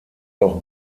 auch